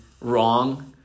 wrong